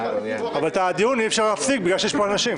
אבל את הדיון אי-אפשר להפסיק בגלל שיש פה אנשים.